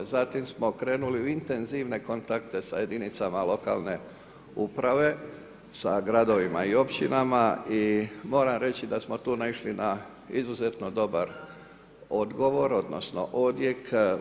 Zatim smo krenuli u intenzivne kontakte s jedinicama lokalne uprave, sa gradovima i općinama i moram reći da smo tu naišli na izuzetno dobar odgovor, odnosno, odjek.